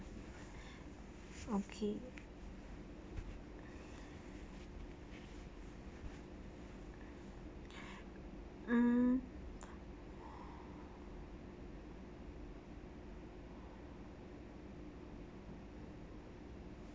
mm